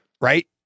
right